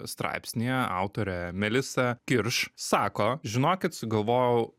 straipsnyje autorė melisa kirš sako žinokit sugalvojau